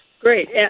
Great